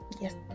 yes